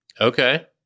Okay